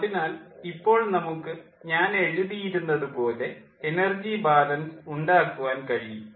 അതിനാൽ ഇപ്പോൾ നമുക്ക് ഞാൻ എഴുതിയിരുന്നതു പോലെ എനർജി ബാലൻസ് ഉണ്ടാക്കുവാൻ കഴിയും